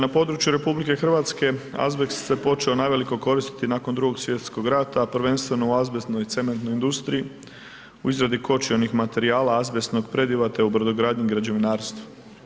Na području RH azbest se počeo naveliko koristiti nakon Drugog svjetskog rata, a prvenstveno u azbestnoj cementnoj industriji u izradi kočionih materijala azbestnog prediva te u brodogradnji i građevinarstvu.